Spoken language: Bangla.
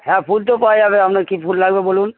হ্যাঁ ফুল তো পাওয়া যাবে আপনার কী ফুল লাগবে বলুন